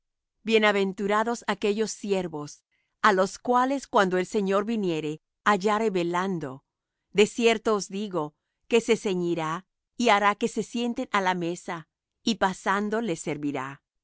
bienaventurados aquellos siervos á los cuales cuando el señor viniere hallare velando de cierto os digo que se ceñirá y hará que se sienten á la mesa y pasando les servirá